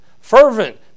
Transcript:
fervent